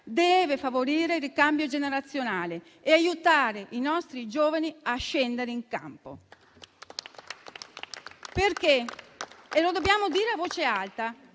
deve favorire il ricambio generazionale e aiutare i nostri giovani a scendere in campo. Dobbiamo dire a voce alta